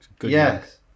Yes